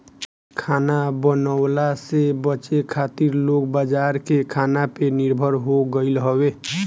खाना बनवला से बचे खातिर लोग बाजार के खाना पे निर्भर हो गईल हवे